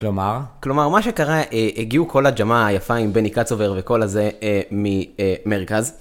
כלומר מה שקרה הגיעו כל הג'מעה היפה עם בני קצובר וכל הזה ממרכז